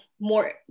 more